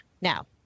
now